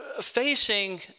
facing